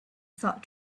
thought